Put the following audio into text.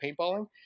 paintballing